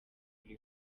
kuri